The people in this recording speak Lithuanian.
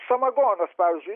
samagonas pavyzdžiui